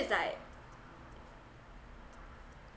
it's like